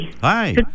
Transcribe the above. hi